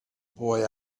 boy